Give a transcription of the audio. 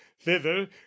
thither